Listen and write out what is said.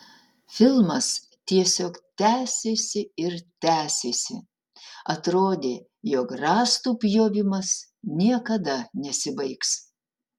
filmas tiesiog tęsėsi ir tęsėsi atrodė jog rąstų pjovimas niekada nesibaigs